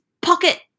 pocket